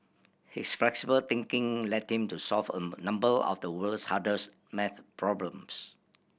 his flexible thinking led him to solve a number of the world's hardest maths problems